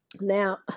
Now